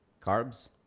carbs